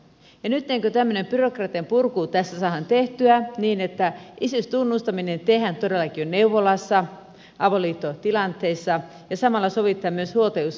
ja nyt tämmöinen byrokratian purku tässä saadaan tehtyä niin että isyystunnustaminen tehdään todellakin jo neuvolassa avoliittotilanteissa ja samalla sovitaan myös huoltajuusasiat